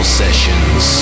sessions